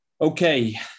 Okay